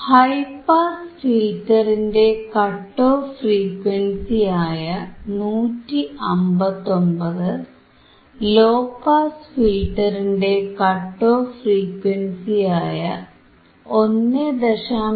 high pass ഫിൽറ്ററിന്റെ cut off ഫ്രീക്വൻസിയായ 159 low pass ഫിൽറ്ററിന്റെ കട്ട് ഓഫ് ഫ്രീക്വൻസിയായ 1